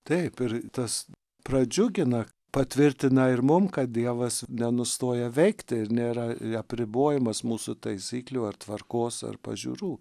taip ir tas pradžiugina patvirtina ir mum kad dievas nenustoja veikti ir nėra apribojimas mūsų taisyklių ar tvarkos ar pažiūrų